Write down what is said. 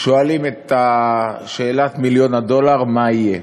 שואלים את שאלת מיליון הדולר: מה יהיה?